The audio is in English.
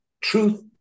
truth